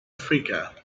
africa